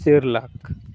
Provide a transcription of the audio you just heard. ᱯᱩᱱ ᱞᱟᱠᱷ